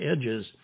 edges